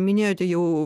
minėjote jau